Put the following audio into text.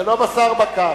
זה לא בשר בקר.